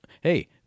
hey